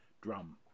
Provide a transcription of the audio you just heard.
drum